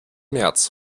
märz